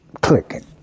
clicking